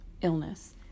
illness